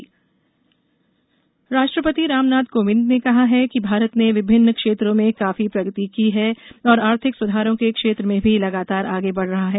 राष्ट्रपति संबोधन राष्ट्रपति रामनाथ कोविंद ने कहा है कि भारत ने विभिन्न क्षेत्रों में काफी प्रगति की है और आर्थिक सुधारों के क्षेत्र में भी लगातार आगे बढ़ रहा है